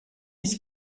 his